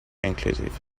inclusive